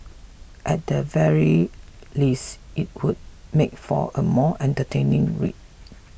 at the very least it would make for a more entertaining read